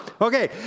Okay